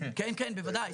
כן כן, בוודאי.